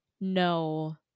no